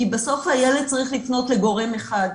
כי בסוף הילד צריך לפנות לגורם אחד.